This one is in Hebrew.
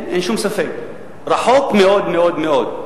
כאן אין שום ספק, רחוק מאוד מאוד מאוד.